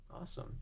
Awesome